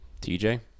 TJ